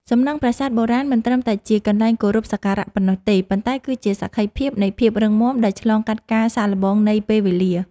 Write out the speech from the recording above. សំណង់ប្រាសាទបុរាណមិនត្រឹមតែជាកន្លែងគោរពសក្ការៈប៉ុណ្ណោះទេ ប៉ុន្តែគឺជាសក្ខីភាពនៃភាពរឹងមាំដែលឆ្លងកាត់ការសាកល្បងនៃពេលវេលា។